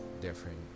different